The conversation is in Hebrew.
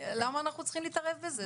למה אנחנו צריכים להתערב בזה?